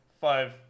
five